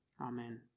Amen